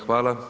Hvala.